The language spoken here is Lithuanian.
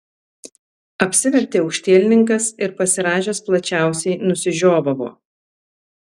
apsivertė aukštielninkas ir pasirąžęs plačiausiai nusižiovavo